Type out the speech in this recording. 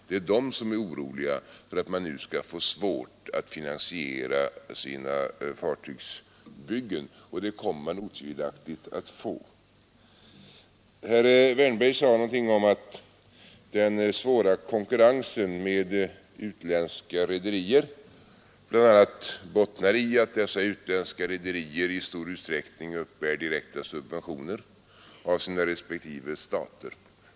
Det är de som är oroliga för att de nu skall få svårt att finansiera sina fartygsbyggen, och det kommer de otvivelaktigt att få Herr Wärnberg sade någonting om att den svåra konkurrensen med utländska rederier bl.a. bottnar i att dessa utländska rederier i stor utsträckning uppbär direkta subventioner av sina respektive stater.